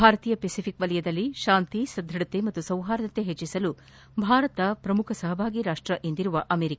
ಭಾರತೀಯ ಫೆಸಿಫಿಕ್ ವಲಯದಲ್ಲಿ ಶಾಂತಿ ಸದೃಢತೆ ಹಾಗೂ ಸೌಹಾರ್ದತೆ ಹೆಚ್ಚಿಸಲು ಭಾರತ ಪ್ರಮುಖ ಸಹಭಾಗಿ ರಾಷ್ಟ ಎಂದಿರುವ ಅಮೆರಿಕಾ